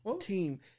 team